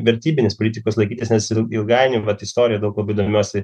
vertybinės politikos laikytis nes ilgainiui vat istorija daug labai domiuosi